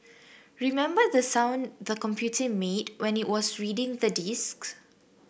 remember the sound the computer made when it was reading the disks